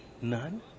none